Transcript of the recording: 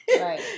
Right